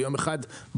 ביום אחד,